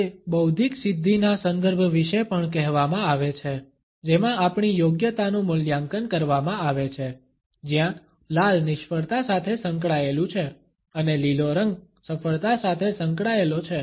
તે બૌદ્ધિક સિદ્ધિના સંદર્ભ વિશે પણ કહેવામાં આવે છે જેમાં આપણી યોગ્યતાનું મૂલ્યાંકન કરવામાં આવે છે જ્યાં લાલ નિષ્ફળતા સાથે સંકળાયેલું છે અને લીલો રંગ સફળતા સાથે સંકળાયેલો છે